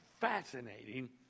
fascinating